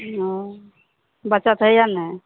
ओऽ बचत होइए ने